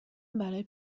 برای